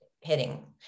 hitting